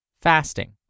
fasting